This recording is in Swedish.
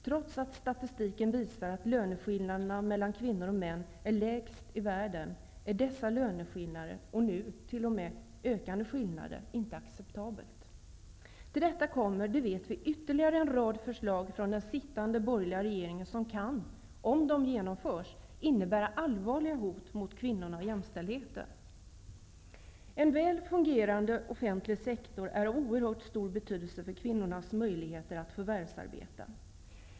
Trots att statistiken visar att löneskillnaderna mellan kvinnor och män i Sverige är lägst i världen, är dessa skillnader -- och nu t.o.m. ökande skillnader -- inte acceptabla. Till detta kommer, det vet vi, ytterligare en rad förslag från den sittande borgerliga regeringen som, om de genomförs, kan innebära allvarliga hot mot kvinnorna och jämställdheten. En väl fungerande offentlig sektor är av oerhört stor betydelse för kvinnornas möjligheter att förvärvsarbeta.